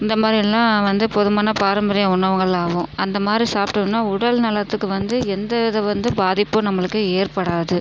இந்த மாதிரியெல்லாம் வந்து போதுமான பாரம்பரிய உணவுகள் ஆகும் அந்தமாதிரி சாப்பிடோம்னா உடல் நலத்துக்கு வந்து எந்த வித வந்து பாதிப்பும் நம்பளுக்கு ஏற்படாது